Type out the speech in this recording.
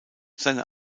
seine